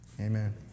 amen